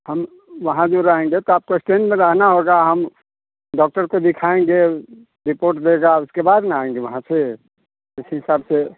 हम वहाँ जोर आएँगे तो आपको इस्टैंड में रहना होगा हम डॉक्टर को दिखाएँगे रिपोर्ट देगा उसके बाद आएँगे इसी हिसाब से